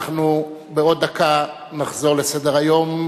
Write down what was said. אנחנו בעוד דקה נחזור לסדר-היום,